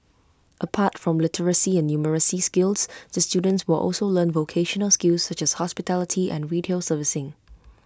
apart from literacy and numeracy skills the students will also learn vocational skills such as hospitality and retail servicing